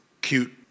cute